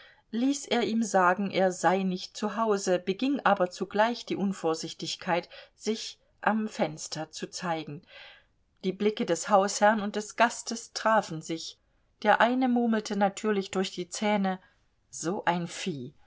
ließ er ihm sagen er sei nicht zu hause beging aber zugleich die unvorsichtigkeit sich am fenster zu zeigen die blicke des hausherrn und des gastes trafen sich der eine murmelte natürlich durch die zähne so ein vieh